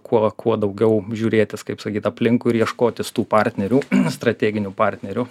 kuo kuo daugiau žiūrėtis kaip sakyt aplinkui ir ieškotis tų partnerių strateginių partnerių